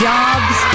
Jobs